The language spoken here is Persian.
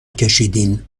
کشیدین